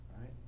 Right